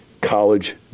college